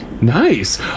Nice